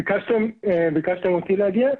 ביקשתם אותי להגיע?